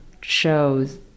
shows